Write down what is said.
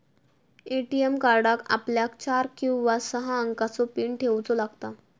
ATM कार्डाक आपल्याक चार किंवा सहा अंकाचो पीन ठेऊचो लागता